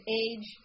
age